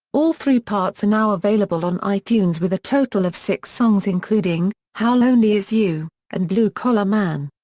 all three parts are now available on itunes with a total of six songs including how lonely is you and blue collar man.